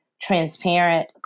transparent